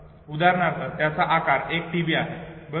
उदाहरणार्थ त्याचा आकार एक टीबी आहे बरोबर